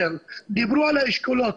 דיברו על האשכולות.